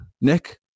Nick